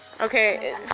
Okay